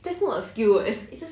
that's not a skill eh